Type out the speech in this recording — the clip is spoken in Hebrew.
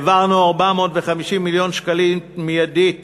העברנו 450 מיליון שקלים מיידית